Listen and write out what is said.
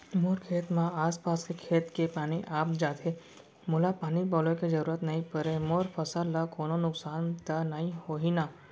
मोर खेत म आसपास के खेत के पानी आप जाथे, मोला पानी पलोय के जरूरत नई परे, मोर फसल ल कोनो नुकसान त नई होही न?